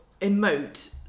emote